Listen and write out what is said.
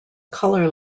color